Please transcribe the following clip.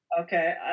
Okay